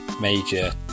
major